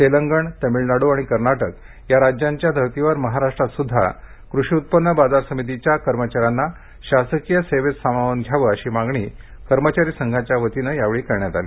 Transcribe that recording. तेलंगण तमिळनाडू आणि कर्नाटक या राज्याच्या धर्तीवर महाराष्ट्रात सुध्दा कृषी उत्पन्न बाजार समितीच्या कर्मचाऱ्यांना शासकीय सेवेत सामावून घ्यावं अशी मागणी कर्मचारी संघाच्या वतीनं यावेळी करण्यात आली